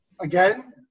again